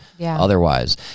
otherwise